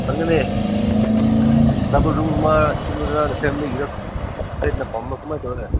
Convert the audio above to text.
ꯐꯪꯒꯅꯤ ꯗꯕꯜ ꯔꯨꯝꯂ ꯁꯤꯡꯒꯜꯂ ꯐꯦꯃꯤꯂꯤꯒꯤꯔ ꯀꯃꯥꯏ ꯇꯧꯋꯦ